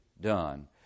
done